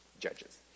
Judges